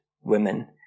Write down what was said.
women